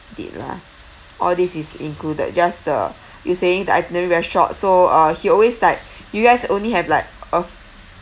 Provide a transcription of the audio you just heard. did lah all these is included just the you saying the itinerary very short so uh he always like you guys only have like a